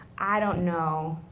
i don't know.